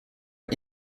are